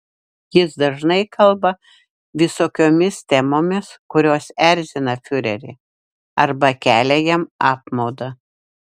jis dažnai kalba visokiomis temomis kurios erzina fiurerį arba kelia jam apmaudą